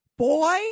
Boy